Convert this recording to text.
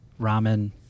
ramen